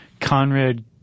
Conrad